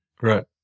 Right